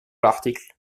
l’article